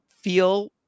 feel